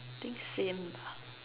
I think same bah